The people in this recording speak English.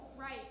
Right